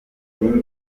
ibiri